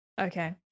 Okay